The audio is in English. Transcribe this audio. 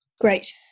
Great